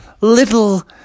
little